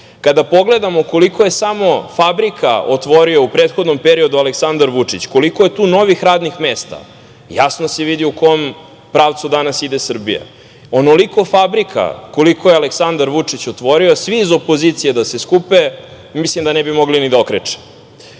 Kada pogledamo koliko je samo fabrika otvorio u prethodnom periodu Aleksandar Vučić, koliko je tu novih radnih mesta, jasno se vidi u kom pravcu danas ide Srbija. Onoliko fabrika koliko je Aleksandar Vučić otvorio, svi iz opozicije da se skupe, mislim da ne bi mogli ni da okreče. Ono